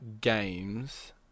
games